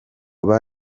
aba